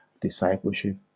discipleship